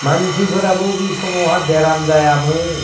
मानसिफोराबो बे समावहा बेराम जायामोन